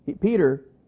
Peter